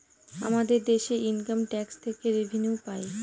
আমাদের দেশে income tax থেকে রেভিনিউ পাই